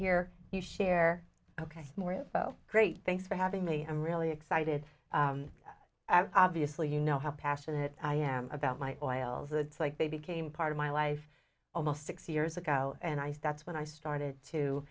hear you share ok more info great thanks for having me i'm really excited obviously you know how passionate i am about my toils it's like they became part of my life almost six years ago and i started when i started to